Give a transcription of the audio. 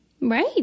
right